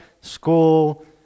school